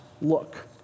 look